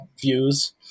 views